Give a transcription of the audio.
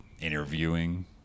interviewing